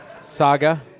saga